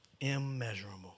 Immeasurable